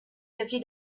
fifty